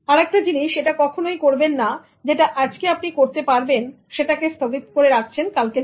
আরেকটা জিনিস এটা কখনোই করবেন না যেটা আজকে আপনি করতে পারবেন সেটাকে স্থগিত রাখছেন কালকের জন্য